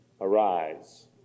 arise